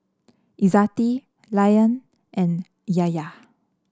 Izzati Rayyan and Yahya